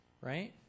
Right